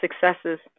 successes